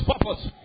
purpose